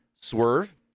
Swerve